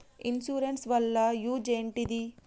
Insurance వాళ్ల use ఏంటిది?